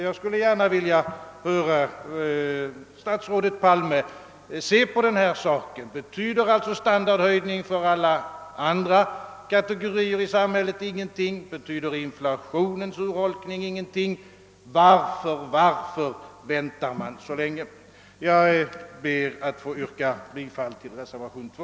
Jag skulle gärna vilja veta hur statsrådet Palme ser på denna fråga. Betyder standardhöjningen för alla andra kategorier i samhället ingenting? Betyder urholkningen av penningvärdet genom inflationen ingenting? Varför väntar man så länge? Jag ber att för yrka bifall till reservationen 2.